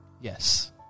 Yes